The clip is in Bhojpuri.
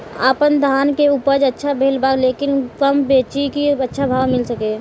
आपनधान के उपज अच्छा भेल बा लेकिन कब बेची कि अच्छा भाव मिल सके?